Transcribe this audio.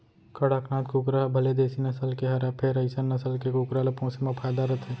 कड़कनाथ कुकरा ह भले देसी नसल के हरय फेर अइसन नसल के कुकरा ल पोसे म फायदा रथे